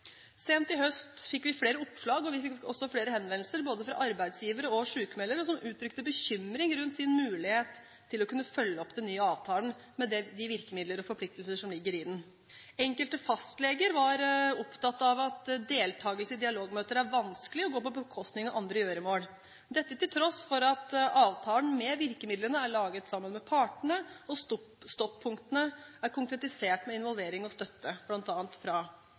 Sent i høst fikk vi flere oppslag, og vi fikk også flere henvendelser både fra arbeidsgivere og fra sykmeldere som uttrykte bekymring rundt sin mulighet til å kunne følge opp den nye avtalen med de virkemidler og forpliktelser som ligger i den. Enkelte fastleger var opptatt av at deltakelse i dialogmøter er vanskelig og går på bekostning av andre gjøremål, dette til tross for at avtalen med virkemidlene er laget sammen med partene, og at stoppunktene er konkretisert med involvering og støtte, bl.a. fra